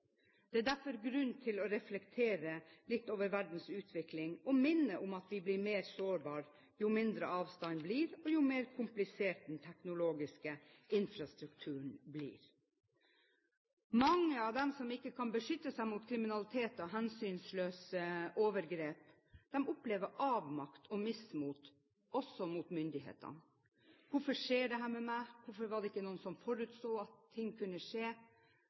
Det er derfor grunn til å reflektere litt over verdens utvikling, og minne om at vi blir mer sårbare jo mindre avstanden blir, og jo mer komplisert den teknologiske infrastrukturen blir. Mange av dem som ikke kan beskytte seg mot kriminalitet og hensynsløse overgrep, opplever avmakt og mismot, også overfor myndighetene: Hvorfor skjer dette med meg? Hvorfor var det ikke noen som forutså at ting kunne skje?